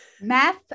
math